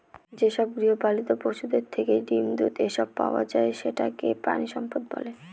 যেসব গৃহপালিত পশুদের থেকে ডিম, দুধ, এসব পাওয়া যায় সেটাকে প্রানীসম্পদ বলে